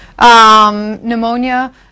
pneumonia